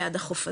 ליד החוף הזה,